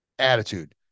attitude